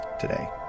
today